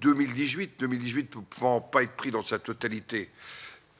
2018, 2018 prend pas être pris dans sa totalité parce